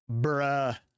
bruh